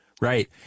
Right